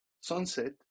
sunset